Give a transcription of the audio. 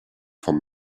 vom